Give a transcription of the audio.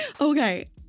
Okay